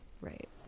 right